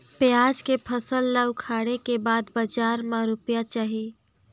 पियाज के फसल ला उखाड़े के बाद बजार मा रुपिया जाही?